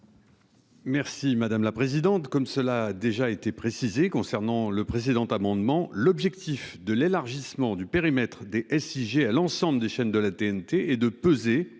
l'avis de la commission ? Comme cela a déjà été précisé au sujet du précédent amendement, l'objectif de l'élargissement du périmètre des SIG à l'ensemble des chaînes de la TNT est de peser